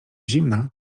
zimna